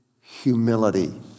humility